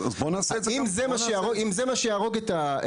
אז בוא נעשה את זה גם --- אם זה מה שיהרוג את השוק,